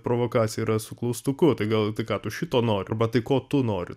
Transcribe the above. provokacija yra su klaustuku tai gal tai ką tu šito nori arba tai ko tu nori